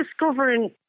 discovering